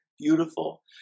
beautiful